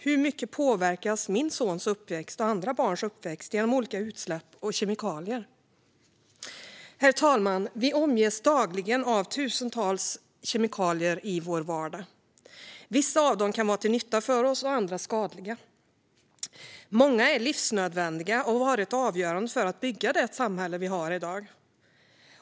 Hur mycket påverkas min sons och andra barns uppväxt genom olika utsläpp och kemikalier? Herr talman! Vi omges dagligen av tusentals kemikalier i vår vardag. Vissa av dem kan vara till nytta för oss och andra skadliga. Många är livsnödvändiga och har varit avgörande för att bygga det samhälle vi har i dag.